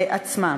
עצמם.